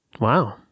Wow